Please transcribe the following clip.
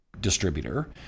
distributor